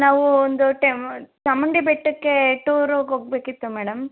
ನಾವು ಒಂದು ಟೇಮ್ ಚಾಮುಂಡಿ ಬೆಟ್ಟಕ್ಕೆ ಟೂರುಗೆ ಹೋಗಬೇಕಿತ್ತು ಮೇಡಮ್